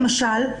למשל,